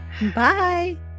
bye